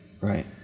right